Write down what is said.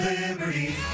Liberty